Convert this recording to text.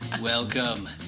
welcome